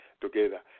together